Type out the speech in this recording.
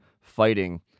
fighting